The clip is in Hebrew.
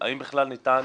בכלל ניתן